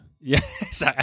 Yes